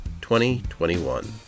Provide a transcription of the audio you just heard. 2021